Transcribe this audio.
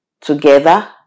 together